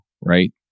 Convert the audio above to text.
Right